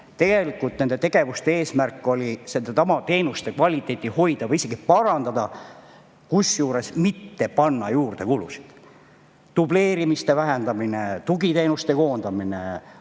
Tegelikult oli nende tegevuste eesmärk seesama: teenuste kvaliteeti hoida või isegi parandada, kusjuures mitte panna juurde kulusid. Dubleerimise vähendamine, tugiteenuste koondamine,